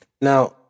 Now